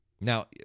Now